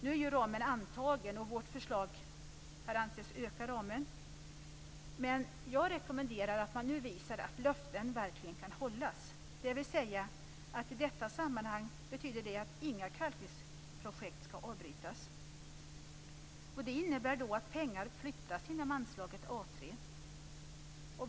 Nu är ramen antagen, och vårt förslag har ansetts öka ramen. Men jag rekommenderar att man nu visar att löften verkligen kan hållas, dvs. i detta sammanhang att inga kalkningsprojekt skall avbrytas. Det innebär att pengar flyttas inom anslaget A 3.